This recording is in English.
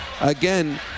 again